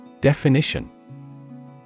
Definition